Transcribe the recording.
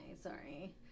Sorry